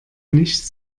nicht